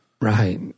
Right